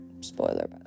spoiler